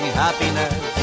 happiness